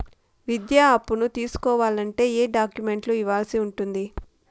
విద్యా అప్పును తీసుకోవాలంటే ఏ ఏ డాక్యుమెంట్లు ఇవ్వాల్సి ఉంటుంది